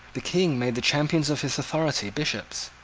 the king made the champions of his authority bishops.